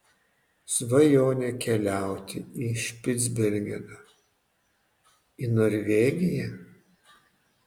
svajonė keliauti į špicbergeną į norvegiją